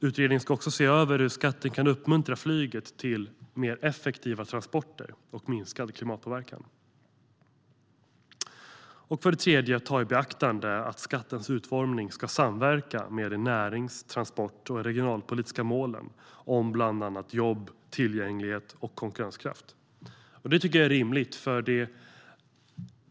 Utredningen ska också se över hur skatten kan uppmuntra flyget till mer effektiva transporter och minskad klimatpåverkan. Vidare ska utredningen beakta att skattens utformning ska samverka med de närings-, transport och regionalpolitiska målen om bland annat jobb, tillgänglighet och konkurrenskraft. Det här är rimligt.